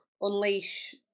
unleash